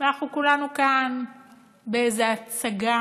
ואנחנו כולנו כאן באיזו הצגה